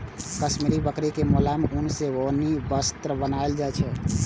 काश्मीरी बकरी के मोलायम ऊन सं उनी वस्त्र बनाएल जाइ छै